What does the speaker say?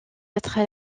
être